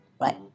right